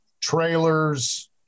trailers